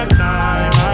time